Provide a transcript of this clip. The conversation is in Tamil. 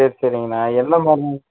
சரி சரிங்கண்ணா எந்த மாதிரி